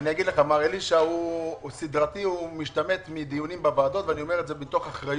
מר אלישע הוא משתמט סדרתי מדיונים בוועדות ואני אומר את זה מתוך אחריות.